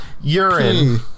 urine